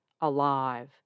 alive